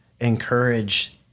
encourage